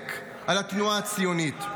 לעומק על התנועה הציונית,